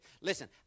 Listen